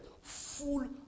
Full